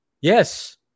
yes